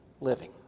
living